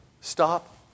stop